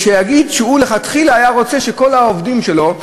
ושיגיד שהוא לכתחילה היה רוצה שכל העובדים שלו,